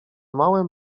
małym